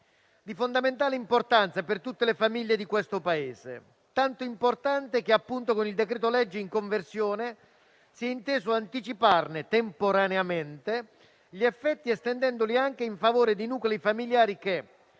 di fondamentale importanza per tutte le famiglie di questo Paese, tanto importante che con il decreto-legge in conversione si è inteso anticiparne temporaneamente gli effetti, estendendoli anche in favore di nuclei familiari che,